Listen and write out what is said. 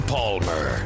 Palmer